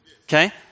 Okay